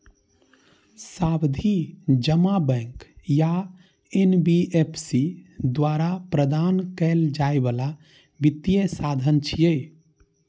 सावधि जमा बैंक या एन.बी.एफ.सी द्वारा प्रदान कैल जाइ बला वित्तीय साधन छियै